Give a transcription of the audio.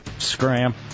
Scram